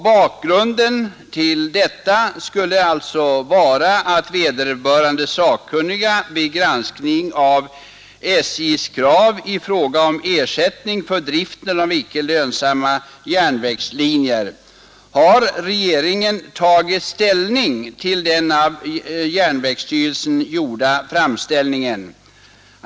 Bakgrunden till detta skulle vara vad vederbörande sakkunniga kommit fram till vid granskning av SJ:s krav i fråga om ersättning för driften av icke lönsamma järnvägslinjer. Har regeringen tagit ställning till den av järnvägsstyrelsen gjorda framställningen?